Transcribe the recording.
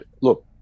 Look